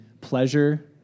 pleasure